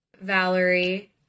Valerie